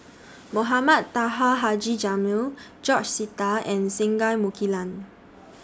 Mohamed Taha Haji Jamil George Sita and Singai Mukilan